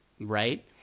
right